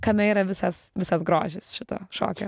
kame yra visas visas grožis šito šokio